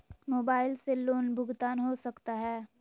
Mobile से loan भुगतान हो सकता है?